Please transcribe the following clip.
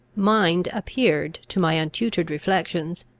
mind appeared, to my untutored reflections,